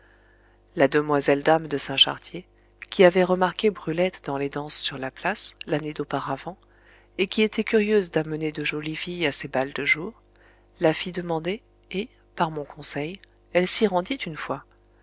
la demoiselle dame de saint chartier qui avait remarqué brulette dans les danses sur la place l'année d'auparavant et qui était curieuse d'amener de jolies filles à ses bals de jour la fit demander et par mon conseil elle s'y rendit une fois